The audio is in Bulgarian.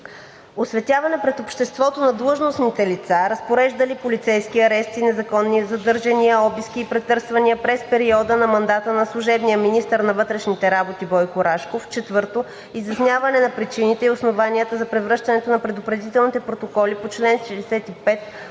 Осветяване пред обществото на длъжностните лица, разпореждали полицейски арести, незаконни задържания, обиски и претърсвания през периода на мандата на служебния министър на вътрешните работи Бойко Рашков. 4. Изясняване на причините и основанията за превръщането на предупредителните протоколи по чл. 65